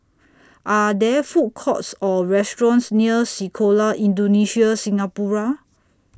Are There Food Courts Or restaurants near Sekolah Indonesia Singapura